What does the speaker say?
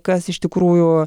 kas iš tikrųjų